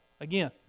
again